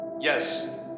yes